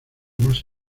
más